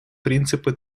принципы